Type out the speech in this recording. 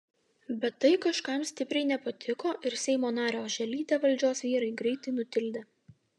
bet tai kažkam stipriai nepatiko ir seimo narę oželytę valdžios vyrai greitai nutildė